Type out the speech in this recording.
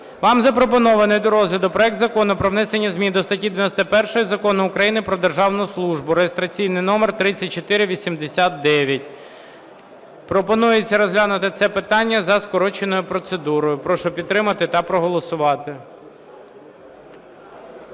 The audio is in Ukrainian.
Вам запропонований до розгляду проект Закону про внесення змін до статті 91 Закону України "Про державну службу" (реєстраційний номер 3489). Пропонується розглянути це питання за скороченою процедурою. Прошу підтримати та проголосувати.